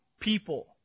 people